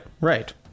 right